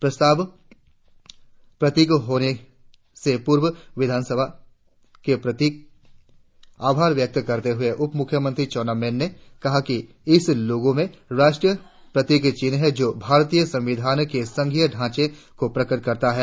प्रस्ताव पारित होने से पूर्व विधानसभा के प्रति आभार व्यक्त करते हुए उप मुख्यमंत्री चाउना मैन ने कहा कि इस लोगों में राष्ट्रीय प्रतिक चिन्ह है जों भारतीय संविधान के संघीय ढांचे को प्रकट करता है